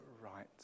right